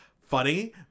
funny